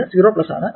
ഇത് 0 ആണ്